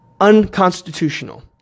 unconstitutional